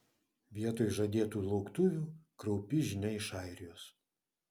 vietoj žadėtų lauktuvių kraupi žinia iš airijos